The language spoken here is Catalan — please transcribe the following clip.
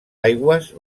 aigües